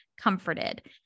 comforted